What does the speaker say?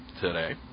today